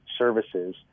services